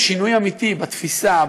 שינוי אמיתי בתפיסה,